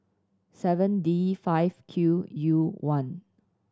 seven D five Q U one